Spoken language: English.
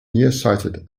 nearsighted